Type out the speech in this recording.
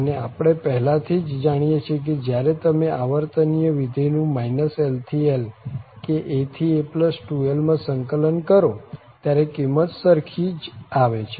અને આપણે પહેલા થી જ જાણીએ છીએ કે જયારે તમે આવર્તનીય વિધેય નું l થી l કે a to a2l માં સંકલન કરો ત્યારે કિંમત સરખી જ આવે છે